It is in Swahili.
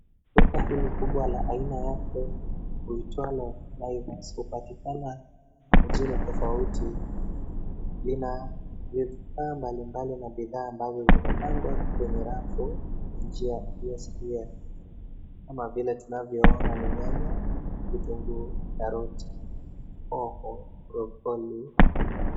Duka hili kubwa la ina yake liitwalo Naivas hupatikana mijini tofauti. Lina bidhaa mbalimbali na bidhaa ambazo zimepangwa kwenye rafu kwa njia iliyosawia kama vile tunavyoona ni nyanya, vitunguu, karoti, hoho, broccoli ...